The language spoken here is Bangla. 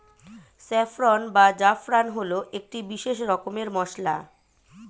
স্যাফ্রন বা জাফরান হল একটি বিশেষ রকমের মশলা